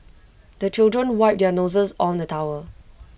the children wipe their noses on the towel